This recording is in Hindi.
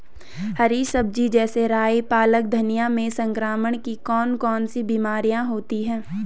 हरी सब्जी जैसे राई पालक धनिया में संक्रमण की कौन कौन सी बीमारियां होती हैं?